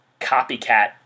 copycat